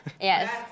Yes